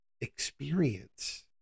experience